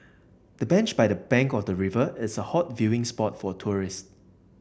the bench by the bank of the river is a hot viewing spot for tourists